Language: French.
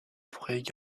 pourraient